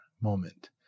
moment